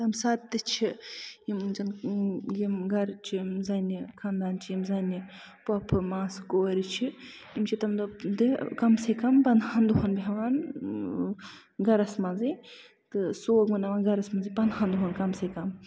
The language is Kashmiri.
تَمہِ ساتہٕ تہِ چھِ یِم زَن یِم گرٕ چھِ یِم زَن یہِ خاندان چھِ یِم زَن یہِ پوٚپھہٕ ماسہٕ کورِ چھِ یِم چھِ تَمہِ دۄہ کَم سے کَم پَندہَن دۄہَن بیٚہوان گرَس منٛزٕے تہٕ سوگ مَناوان گرَس منٛزٕے پندہَن دۄہَن کَم سے کَم